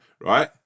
right